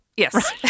Yes